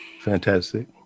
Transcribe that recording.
Fantastic